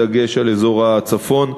בדגש על אזור הצפון.